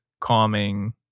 calming